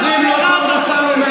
איזו צמיחה?